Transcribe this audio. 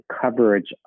coverage